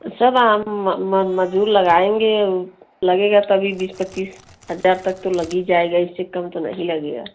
सब मजदूर लगाएँगे लगेगा तब भी बीस पच्चीस हज़ार तक तो लग ही जाएगा इससे काम तो नहीं लगेगा